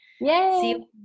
yay